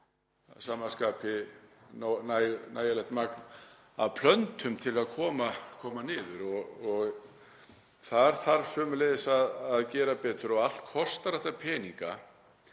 sama skapi nægjanlegt magn af plöntum til að koma niður. Þar þarf sömuleiðis að gera betur og allt kostar þetta peninga,